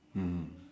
mm